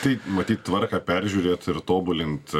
taip matyt tvarką peržiūrėt ir tobulint